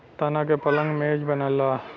तना के पलंग मेज बनला